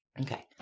Okay